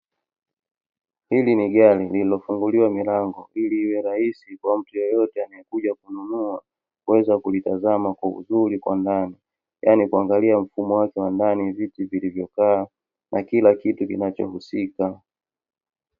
Hili ni gari, lililofunguliwa milango ili iwe rahisi kwa mtu yeyote anaekuja kununua, kuweza kulitazama kwa uzuri kwa ndani yani kuangalia mfumo wake wandani viti vilivyo kaa, na kila kitu kinacho husika.